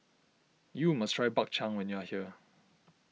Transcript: you must try Bak Chang when you are here